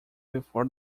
before